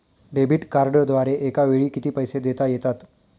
Debit कार्डद्वारे एकावेळी किती पैसे देता येतात?